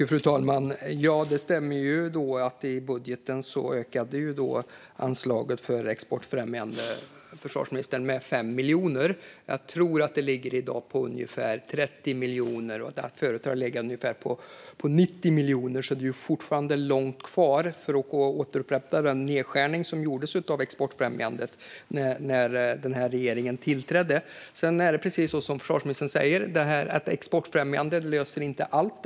Fru talman! Det stämmer att anslaget för exportfrämjande i budgeten ökade med 5 miljoner. Jag tror att det i dag ligger på ungefär 30 miljoner. Förut har det legat på ungefär 90 miljoner, och det är fortfarande långt kvar innan man har återupprättat den nedskärning av exportfrämjandet som gjordes när den här regeringen tillträdde. Sedan är det som försvarsministern säger: Exportfrämjande löser inte allt.